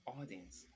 audience